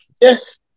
Yes